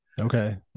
Okay